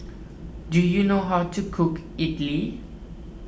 do you know how to cook Idili